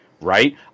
right